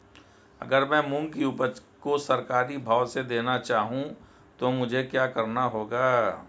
अगर मैं मूंग की उपज को सरकारी भाव से देना चाहूँ तो मुझे क्या करना होगा?